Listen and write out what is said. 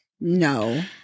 No